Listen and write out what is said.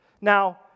Now